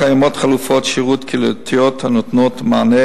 קיימות חלופות שירות קהילתיות הנותנות מענה